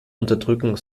unterdrücken